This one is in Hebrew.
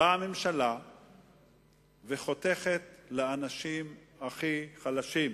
באה הממשלה וחותכת לאנשים הכי חלשים.